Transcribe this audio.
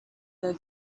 than